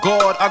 God